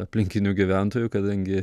aplinkinių gyventojų kadangi